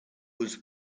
was